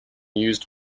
used